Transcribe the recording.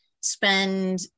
spend